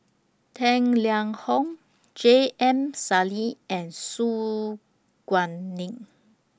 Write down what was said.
Tang Liang Hong J M Sali and Su Guaning